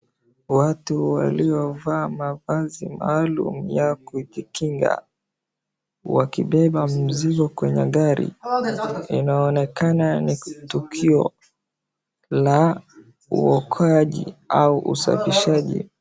Watu waliovaa mavazi maalum ya kujikinga wakibeba mizigo kwenye gari, inaonekana ni tukio la uokoaji au usafishaji.